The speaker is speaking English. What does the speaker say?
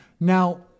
Now